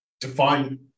define